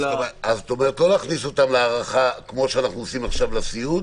לא להכניס אותם להארכה כמו שאנחנו עושים עכשיו לסיעוד?